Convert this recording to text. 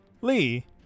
Lee